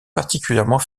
particulièrement